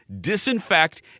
disinfect